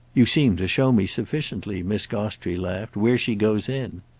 you seem to show me sufficiently, miss gostrey laughed, where she goes in!